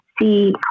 see